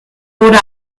wurde